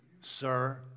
sir